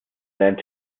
lernt